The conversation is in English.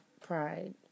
pride